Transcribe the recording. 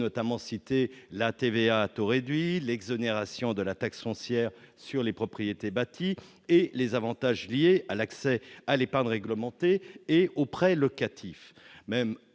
notamment citer la TVA à taux réduit l'exonération de la taxe foncière sur les propriétés bâties et les avantages liés à l'accès à l'épargne réglementée et auprès locatif,